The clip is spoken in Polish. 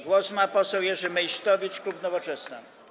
Głos ma poseł Jerzy Meysztowicz, klub Nowoczesna.